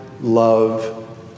love